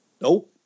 No